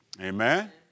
Amen